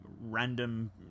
random